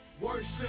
worship